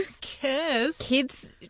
Kids